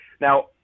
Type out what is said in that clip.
Now